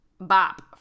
bop